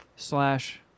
slash